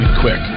quick